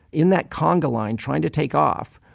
in that conga line, trying to take off,